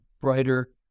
brighter